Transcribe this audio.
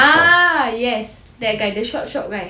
ah yes that guy the short short guy